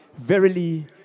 Verily